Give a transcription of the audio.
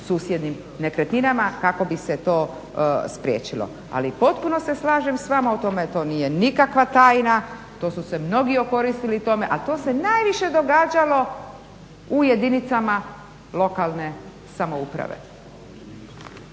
susjednim nekretninama kako bi se to spriječilo. Ali potpuno se slažem s vama o tome, to nije nikakva tajna, to su se mnogi okoristili tome, a to se najviše događalo u jedinicama lokalne samouprave.